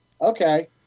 Okay